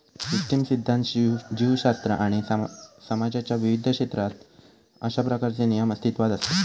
system सिध्दांत, जीवशास्त्र आणि समाजाच्या विविध क्षेत्रात अशा प्रकारचे नियम अस्तित्वात असत